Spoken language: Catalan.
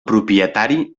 propietari